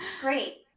Great